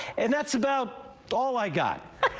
and that's about all i got.